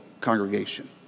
congregation